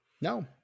No